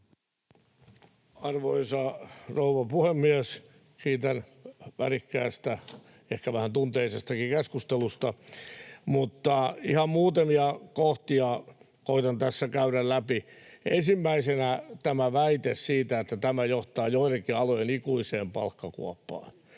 Arvoisa rouva puhemies! Kiitän värikkäästä, ehkä vähän tunteisestakin keskustelusta. Mutta ihan muutamia kohtia koetan tässä käydä läpi. Ensimmäisenä tämä väite siitä, että tämä johtaa joidenkin alojen ikuiseen palkkakuoppaan.